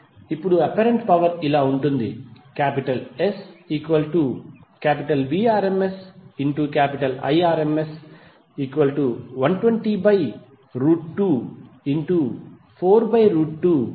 ఇప్పుడు apparent power ఇలా ఉంటుంది SVrmsIrms120242240 VA